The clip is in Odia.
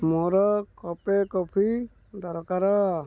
ମୋର କପେ କଫି ଦରକାର